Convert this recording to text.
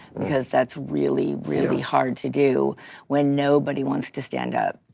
because that's really, really hard to do when nobody wants to stand up.